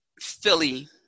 Philly